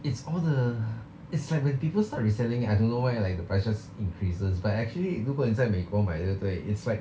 it's all the it's like when people start reselling I don't know why like the prices increases but actually 如果你在美国买对不对 it's like